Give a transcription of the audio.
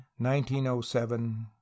1907